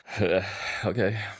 okay